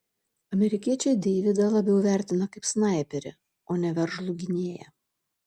amerikiečiai deividą labiau vertina kaip snaiperį o ne veržlų gynėją